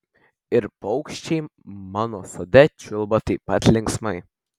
ir paukščiai mano sode čiulba taip pat linksmai